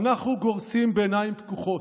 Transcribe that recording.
"אנחנו גורסים, בעיניים פקוחות,